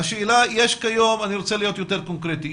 אני רוצה להיות יותר קונקרטי.